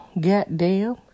goddamn